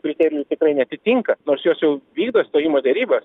kriterijų tikrai neatitinka nors jos jau vykdo stojimo derybas